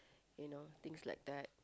you know things like that